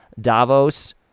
davos